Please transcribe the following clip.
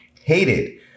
hated